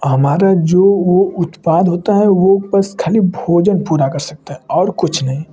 हमारा जो वह उत्पाद होता है वह बस ख़ाली भोजन पूरा कर सकता है और कुछ नहीं